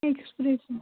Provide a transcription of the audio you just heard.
expressive